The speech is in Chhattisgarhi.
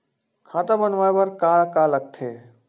खाता बनवाय बर का का लगथे?